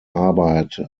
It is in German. arbeit